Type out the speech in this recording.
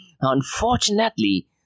unfortunately